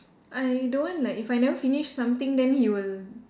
I don't want like if I never finish something then he will